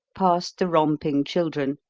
passed the romping children,